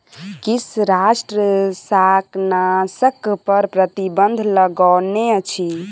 किछ राष्ट्र शाकनाशक पर प्रतिबन्ध लगौने अछि